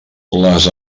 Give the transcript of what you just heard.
les